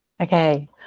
Okay